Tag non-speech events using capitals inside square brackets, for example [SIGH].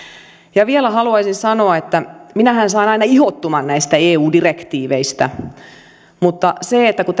ja vielä haluaisin sanoa että minähän saan aina ihottuman näistä eu direktiiveistä mutta kun [UNINTELLIGIBLE]